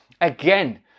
again